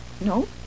No